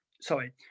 Sorry